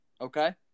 okay